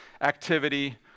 activity